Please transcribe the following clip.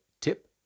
Tip